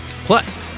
Plus